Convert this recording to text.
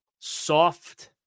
soft